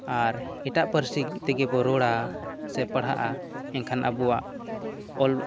ᱟᱨ ᱮᱴᱟᱜ ᱯᱟᱹᱨᱥᱤ ᱛᱮᱜᱮ ᱵᱚ ᱨᱚᱲᱟ ᱥᱮ ᱯᱟᱲᱦᱟᱜᱼᱟ ᱮᱱᱠᱷᱟᱱ ᱟᱵᱚᱣᱟᱜ ᱚᱞ